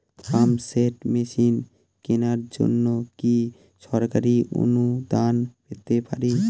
Pump set machine কেনার জন্য কি সরকারি অনুদান পেতে পারি?